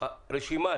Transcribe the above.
רשימת